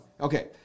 Okay